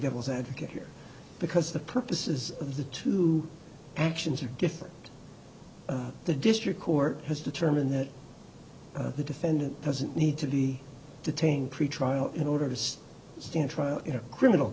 devil's advocate here because the purposes of the two actions are different the district court has determined that the defendant doesn't need to be detained pretrial in order to stand trial in a criminal